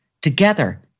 Together